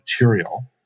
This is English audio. material